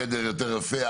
חדר יותר יפה,